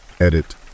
Edit